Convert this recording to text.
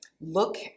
look